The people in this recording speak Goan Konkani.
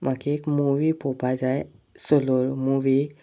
म्हाका एक मुवी पळोवपा जाय सोलो मुवी